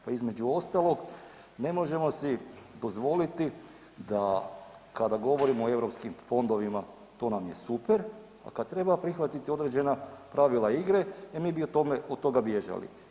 Pa između ostalog ne možemo si dozvoliti da kada govorimo o europskim fondovima, to nam je super, a kad treba prihvatiti određena pravila igre, e mi bi od toga bježali.